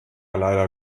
leider